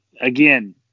Again